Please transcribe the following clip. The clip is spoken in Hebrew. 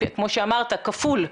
כמו שאמרת, כפול.